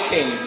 King